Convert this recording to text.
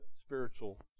spiritual